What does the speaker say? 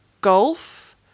golf